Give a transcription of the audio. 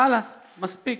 חלאס, מספיק.